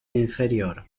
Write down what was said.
inferior